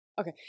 Okay